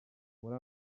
muri